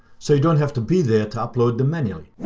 so you don't have to be there to upload them manually.